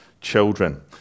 children